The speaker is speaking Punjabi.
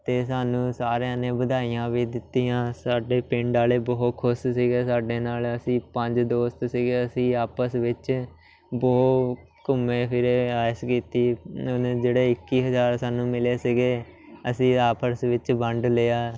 ਅਤੇ ਸਾਨੂੰ ਸਾਰਿਆਂ ਨੇ ਵਧਾਈਆਂ ਵੀ ਦਿੱਤੀਆਂ ਸਾਡੇ ਪਿੰਡ ਵਾਲੇ ਬਹੁਤ ਖੁਸ਼ ਸੀਗੇ ਸਾਡੇ ਨਾਲ ਅਸੀਂ ਪੰਜ ਦੋਸਤ ਸੀਗੇ ਅਸੀਂ ਆਪਸ ਵਿੱਚ ਬਹੁਤ ਘੁੰਮੇ ਫਿਰੇ ਐਸ਼ ਕੀਤੀ ਨ ਜਿਹੜੇ ਇੱਕੀ ਹਜ਼ਾਰ ਸਾਨੂੰ ਮਿਲੇ ਸੀਗੇ ਅਸੀਂ ਆਪਸ ਵਿੱਚ ਵੰਡ ਲਿਆ